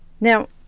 Now